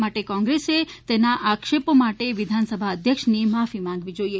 માટે કોગ્રેસે તેના આક્ષેપો માટે વિધાનસભા અધ્યક્ષની માફી માંગવી જોઇએ